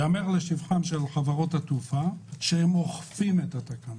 ייאמר לשבחן של חברות התעופה שהן אוכפות את התקנות,